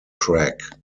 crag